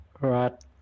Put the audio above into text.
Right